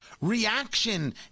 reaction